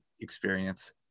experience